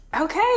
okay